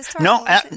No